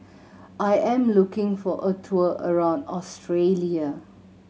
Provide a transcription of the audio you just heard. I am looking for a tour around Australia